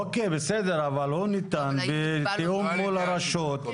אוקיי, בסדר, אבל הוא ניתן בתאום מול הרשות.